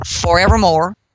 forevermore